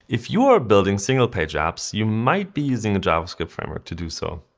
if you are building single page apps, you might be using a javascript framework to do so.